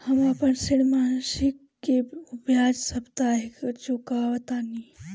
हम अपन ऋण मासिक के बजाय साप्ताहिक चुकावतानी